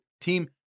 Team